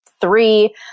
three